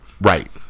Right